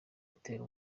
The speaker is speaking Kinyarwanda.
atera